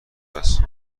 است